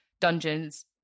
dungeons